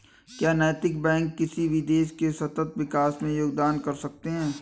क्या नैतिक बैंक किसी भी देश के सतत विकास में योगदान कर सकते हैं?